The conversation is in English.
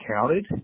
counted